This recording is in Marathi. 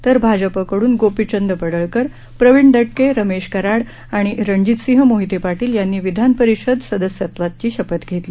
तर भाजपकड्रन गोपीचंद पडळकर प्रवीण दटके रमेश कराड आणि रणजितसिंह मोहिते पाटील यांनी विधानपरिषद सदस्यत्वाची शपथ घेतली